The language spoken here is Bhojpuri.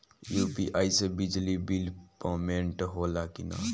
यू.पी.आई से बिजली बिल पमेन्ट होला कि न?